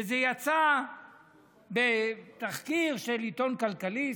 וזה יצא בתחקיר של עיתון כלכליסט,